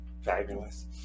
Fabulous